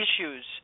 issues